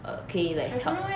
okay like help